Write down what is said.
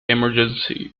emergency